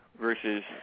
versus